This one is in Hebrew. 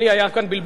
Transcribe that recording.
היה כאן בלבול,